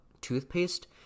toothpaste